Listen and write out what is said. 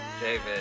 David